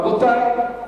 רבותי,